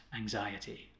anxiety